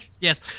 yes